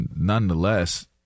nonetheless